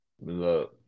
Look